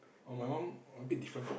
oh my mum a bit different from